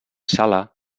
sala